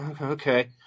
okay